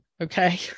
Okay